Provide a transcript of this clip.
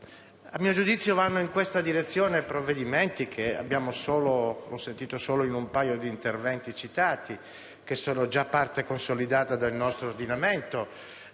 A mio giudizio vanno in questa direzione provvedimenti che abbiamo sentito citare solo in un paio di interventi, che sono già parte consolidata del nostro ordinamento.